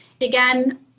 Again